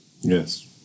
Yes